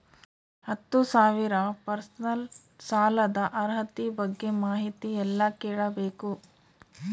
ಹತ್ತು ಸಾವಿರ ಪರ್ಸನಲ್ ಸಾಲದ ಅರ್ಹತಿ ಬಗ್ಗೆ ಮಾಹಿತಿ ಎಲ್ಲ ಕೇಳಬೇಕು?